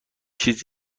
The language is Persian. چیز